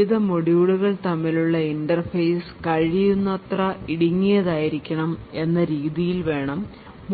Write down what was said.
വിവിധ മൊഡ്യൂളുകൾ തമ്മിലുള്ള ഇന്റർഫേസ് കഴിയുന്നത്ര ഇടുങ്ങിയതായിരിക്കണം എന്ന രീതിയിൽ വേണം